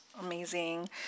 amazing